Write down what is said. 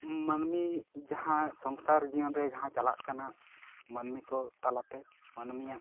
ᱢᱟᱹᱱᱢᱤ ᱡᱟᱦᱟᱸ ᱥᱚᱝᱥᱟᱨ ᱡᱤᱭᱚᱱ ᱨᱮ ᱡᱟᱦᱟᱸ ᱪᱟᱞᱟᱜ ᱠᱟᱱᱟ ᱢᱟᱹᱱᱢᱤ ᱠᱚ ᱛᱟᱞᱟᱛᱮ ᱢᱟᱹᱱᱢᱤᱭᱟᱜ